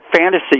fantasy